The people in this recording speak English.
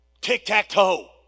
tic-tac-toe